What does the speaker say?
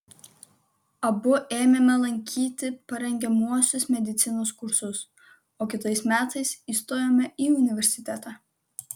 abu ėmėme lankyti parengiamuosius medicinos kursus o kitais metais įstojome į universitetą